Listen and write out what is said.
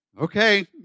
okay